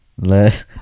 Let